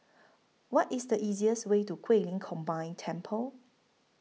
What IS The easiest Way to Guilin Combined Temple